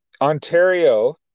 Ontario